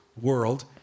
world